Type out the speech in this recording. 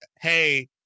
hey